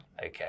Okay